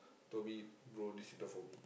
Toby bro this is not for me